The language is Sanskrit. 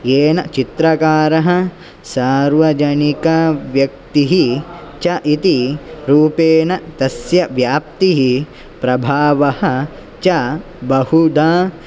येन चित्रकारः सार्वजनिकव्यक्तिः च इति रूपेण तस्य व्याप्तिः प्रभावः च बहुधा